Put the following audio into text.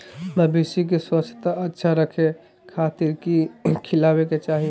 मवेसी के स्वास्थ्य अच्छा रखे खातिर की खिलावे के चाही?